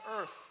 earth